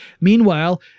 Meanwhile